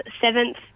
seventh